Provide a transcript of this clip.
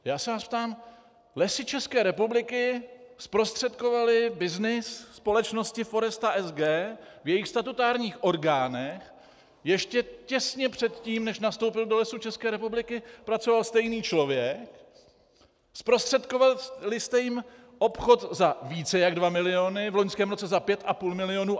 Já se vás ptám: Lesy České republiky zprostředkovaly byznys společnosti Foresta SG, v jejích statutárních orgánech ještě těsně předtím, než nastoupil do Lesů České republiky, pracoval stejný člověk, zprostředkovali jste jim obchod za více jak dva miliony, v loňském roce za 5,5 milionu.